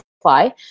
apply